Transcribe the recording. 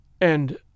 And